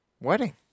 wedding